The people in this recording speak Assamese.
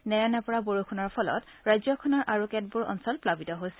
নেৰানেপেৰা বৰষুণৰ ফলত ৰাজ্যখনৰ আৰু কেতবোৰ অঞ্চল প্লাবিত হৈছে